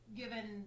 given